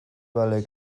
vale